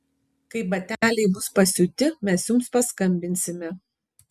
kai bateliai bus pasiūti mes jums paskambinsime